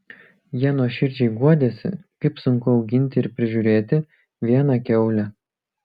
jie nuoširdžiai guodėsi kaip sunku auginti ir prižiūrėti vieną kiaulę